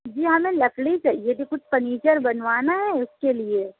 جی ہمیں لکڑی چاہیے تھی کچھ فرنیچر بنوانا ہے اُس کے لیے